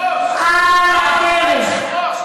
נוזלת, אבל אני רוצה להגיד לך מה קורה על הדרך.